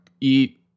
eat